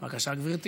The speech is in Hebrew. טוב, חיפשתיך במקומך.